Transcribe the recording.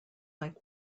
like